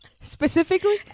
specifically